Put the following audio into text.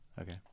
Okay